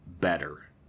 better